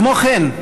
כמו כן,